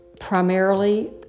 primarily